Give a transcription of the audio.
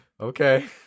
Okay